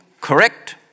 Correct